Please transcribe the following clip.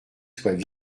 soient